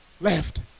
Left